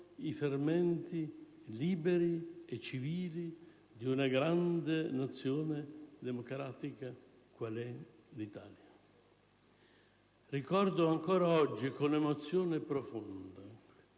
i fermenti liberi e civili di una grande Nazione democratica quale è l'Italia. Ricordo ancora oggi con emozione profonda